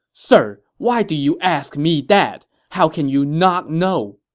sir, why do you ask me that! how can you not know!